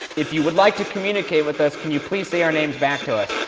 if you would like to communicate with us, can you please say our names back to us?